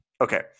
Okay